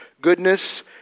goodness